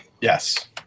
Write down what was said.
Yes